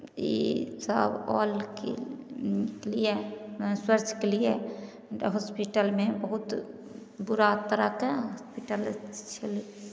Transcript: इसभ आलके लिए स्वस्थके लिए हॉस्पिटलमे बहुत बुरा तरहके हॉस्पिटल छलै